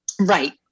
Right